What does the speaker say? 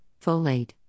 folate